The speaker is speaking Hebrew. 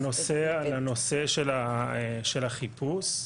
לנושא של החיפוש.